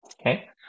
Okay